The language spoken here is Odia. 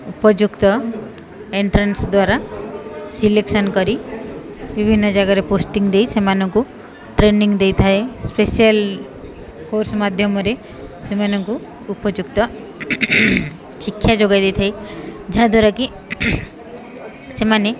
ଉପଯୁକ୍ତ ଏଣ୍ଟ୍ରାନ୍ସ ଦ୍ୱାରା ସିଲେକ୍ସନ୍ କରି ବିଭିନ୍ନ ଜାଗାରେ ପୋଷ୍ଟିଂ ଦେଇ ସେମାନଙ୍କୁ ଟ୍ରେନିଂ ଦେଇଥାଏ ସ୍ପେସିଆଲ କୋର୍ସ ମାଧ୍ୟମରେ ସେମାନଙ୍କୁ ଉପଯୁକ୍ତ ଶିକ୍ଷା ଯୋଗାଇ ଦେଇଥାଏ ଯାହାଦ୍ୱାରାକିି ସେମାନେ